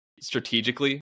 strategically